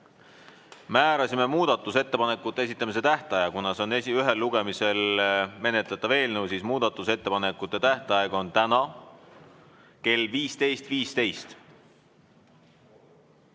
Määrasime muudatusettepanekute esitamise tähtaja. Kuna see on ühel lugemisel menetletav eelnõu, siis muudatusettepanekute tähtaeg on täna kell 15.15.